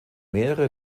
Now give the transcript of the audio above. mehrere